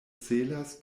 celas